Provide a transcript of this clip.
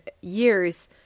years